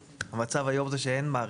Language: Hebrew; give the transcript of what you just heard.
המצב היום הוא שאין מערכת.